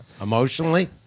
Emotionally